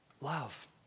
love